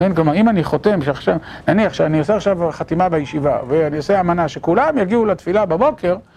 גם אם אני חותם, נניח שאני עושה עכשיו חתימה בישיבה ואני אעשה אמנה שכולם יגיעו לתפילה בבוקר